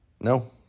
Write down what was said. no